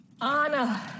Anna